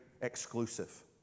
exclusive